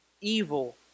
evil